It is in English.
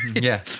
yeah.